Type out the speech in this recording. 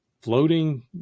floating